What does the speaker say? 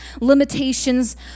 limitations